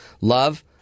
Love